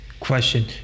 Question